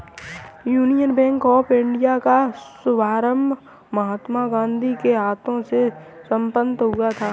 union Bank of India का शुभारंभ महात्मा गांधी के हाथों से संपन्न हुआ था